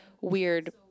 weird